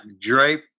drape